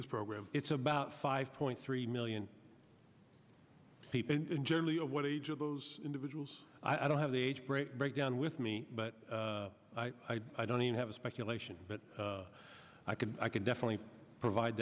this program it's about five point three million people and generally of what age of those individuals i don't have the age break break down with me but i don't even have a speculation but i can i can definitely provide